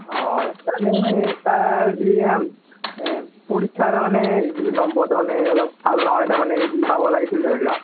অঁ মানে তাৰ যি পৰীক্ষাৰ তাৰমানে যি নম্বৰ তাৰমানে অলপ ভাল নহয় তাৰমানে যি পাব লাগিছিল ধৰি লওক